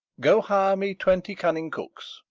go hire me twenty cunning cooks.